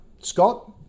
Scott